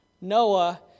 Noah